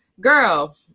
girl